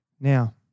now